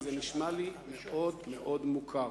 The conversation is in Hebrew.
וזה נשמע לי מאוד-מאוד מוכר.